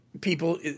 people